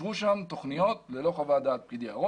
אושרו שם תוכניות ללא חוות דעת פקיד היערות.